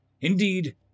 Indeed